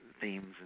themes